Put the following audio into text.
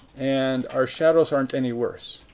and our shadows aren't any worse.